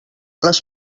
les